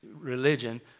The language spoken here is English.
religion